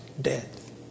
death